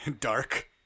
dark